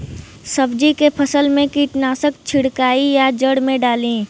सब्जी के फसल मे कीटनाशक छिड़काई या जड़ मे डाली?